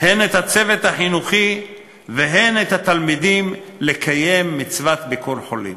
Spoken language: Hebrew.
הן את הצוות החינוכי והן את התלמידים לקיים מצוות ביקור חולים.